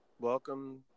Welcome